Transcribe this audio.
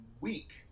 week